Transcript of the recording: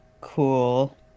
Cool